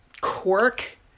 quirk